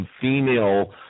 female